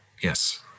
Yes